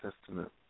Testament